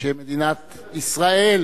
שמדינת ישראל